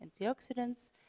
antioxidants